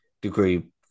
degree